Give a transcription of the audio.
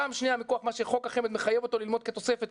פעם שניה מכח מה שחוק החמ"ד מחייב אותו ללמוד כתוספת,